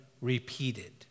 repeated